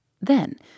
Then